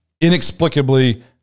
inexplicably